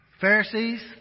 Pharisees